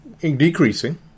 decreasing